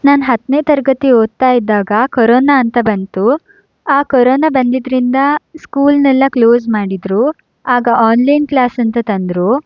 ನಾನು ಹತ್ತನೇ ತರಗತಿ ಓದ್ತಾ ಇದ್ದಾಗ ಕೊರೊನಾ ಅಂತ ಬಂತು ಆ ಕೊರೊನಾ ಬಂದಿದ್ದರಿಂದ ಸ್ಕೂಲ್ನೆಲ್ಲ ಕ್ಲೋಸ್ ಮಾಡಿದರು ಆಗ ಆನ್ಲೈನ್ ಕ್ಲಾಸ್ ಅಂತ ತಂದರು